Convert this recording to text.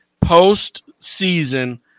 post-season